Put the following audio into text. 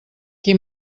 qui